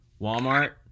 Walmart